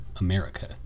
America